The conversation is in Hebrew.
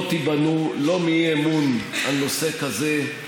לא תיבנו לא מאי-אמון על נושא כזה,